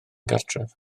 gartref